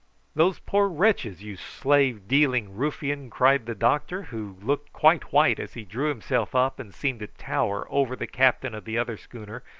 those poor wretches, you slave-dealing ruffian, cried the doctor, who looked quite white as he drew himself up and seemed to tower over the captain of the other schooner,